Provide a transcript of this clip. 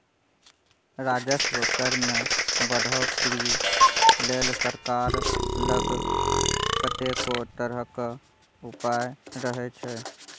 राजस्व कर मे बढ़ौतरी लेल सरकार लग कतेको तरहक उपाय रहय छै